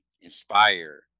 inspire